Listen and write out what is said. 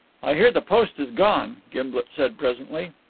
i hear the post is gone, gimblet said presently.